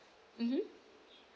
mmhmm